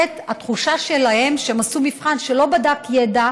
התחושה שלהם היא שהם עשו מבחן שלא בדק ידע